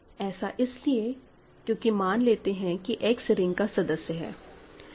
ऐसा इसलिए क्योंकि मान लेते हैं कि X रिंग का सदस्य है